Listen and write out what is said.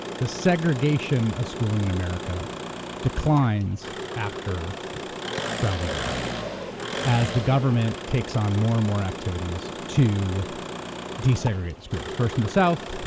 the segregation of schooling in america declines after brown v. board as the government takes on more and more activities to desegregate schools. first in the south,